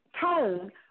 tone